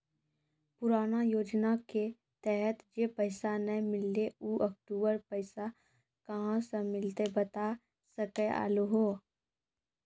पुराना योजना के तहत जे पैसा नै मिलनी ऊ अक्टूबर पैसा कहां से मिलते बता सके आलू हो?